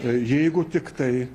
jeigu tiktai